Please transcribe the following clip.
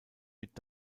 mit